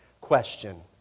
question